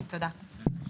תודה.